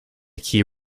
key